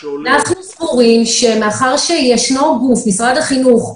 אנחנו סבורים שמאחר ויש גוף, משרד החינוך,